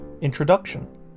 Introduction